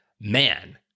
man